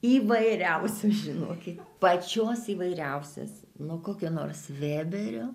įvairiausių žinokit pačios įvairiausios nuo kokio nors vėberio